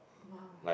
!wow!